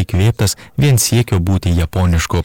įkvėptas vien siekio būti japonišku